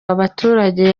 abaturage